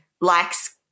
likes